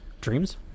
Dreams